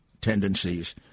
tendencies